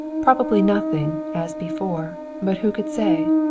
probably nothing, as before but who could say?